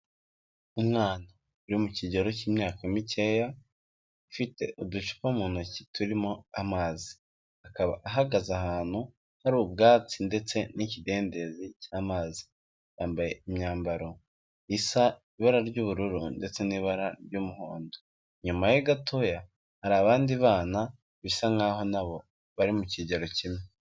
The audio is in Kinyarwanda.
Umwana uri mu kigero cy'imyaka mikeya ufite uducupa mu ntoki turimo amazi ahagaze ahantu hari ubwatsi ndetse n'ikidendezi cy'amazi yambaye imyambaro isa ibara ry'ubururu ndetse n'ibara ry'umuhondo inyuma ye gatoya hari abandi bana bisa nkaho nabo bari mu kigero kimwe.